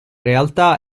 realtà